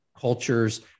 cultures